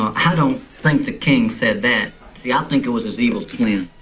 i don't think the king said that. see, i think it was his evil twin.